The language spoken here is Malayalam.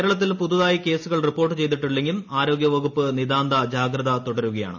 കേരളത്തിൽ പുതുതായി കേസുകൾ റിപ്പോർട്ട് ചെയ്തിട്ടില്ലെങ്കിലും ആരോഗൃവകുപ്പ് നിതാന്ത ജാഗ്രത തുടരുകയാണ്